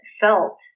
felt